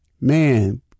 man